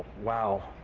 wow,